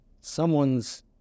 someone's